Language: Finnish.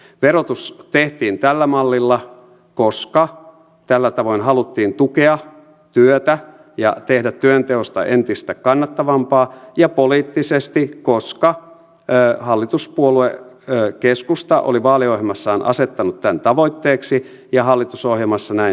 verotus tehtiin tällä mallilla koska tällä tavoin haluttiin tukea työtä ja tehdä työnteosta entistä kannattavampaa ja poliittisesti koska hallituspuolue keskusta oli vaaliohjelmassaan asettanut tämän tavoitteeksi ja hallitusohjelmassa näin sovittiin